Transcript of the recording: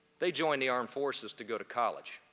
they joined the armed forces to go to college.